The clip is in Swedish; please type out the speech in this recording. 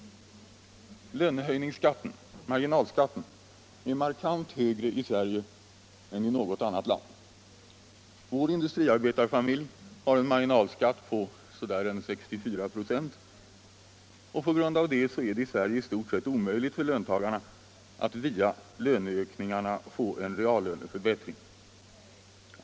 Lönehöjningsskatten — marginalskatten — är markant högre i Sverige än i något annat land. Vår industriarbetarfamilj har en marginalskatt på ungefär 64 96. På grund av detta är det i Sverige i stort sett omöjligt för löntagarna att via löneökningarna få en reallöneförbättring.